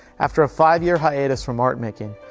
after a five-year hiatus from art making,